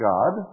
God